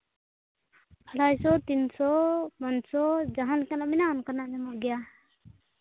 ᱟᱲᱟᱭ ᱥᱚ ᱛᱤᱱ ᱥᱚ ᱯᱟᱸᱥᱥᱚ ᱡᱟᱦᱟᱸ ᱞᱮᱠᱟᱱᱟᱜ ᱢᱮᱱᱟᱜ ᱚᱱᱠᱟᱱᱟᱜ ᱧᱟᱢᱚᱜ ᱜᱮᱭᱟ